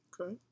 Okay